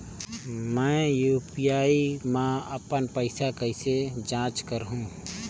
मैं यू.पी.आई मा अपन पइसा कइसे जांच करहु?